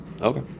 Okay